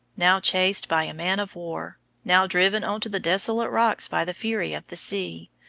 now chased by a man-of-war, now driven on to the desolate rocks by the fury of the sea,